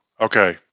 okay